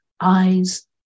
eyes